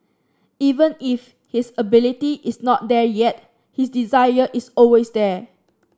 even if his ability is not there yet his desire is always there